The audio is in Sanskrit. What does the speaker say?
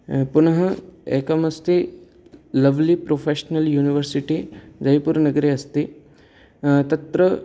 पुनः एकमस्ति लव्ली प्रोफेशनल् युनिवर्सिटी जयपुरनगरे अस्ति तत्र